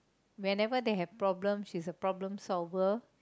whenever they have problem she's a problem solver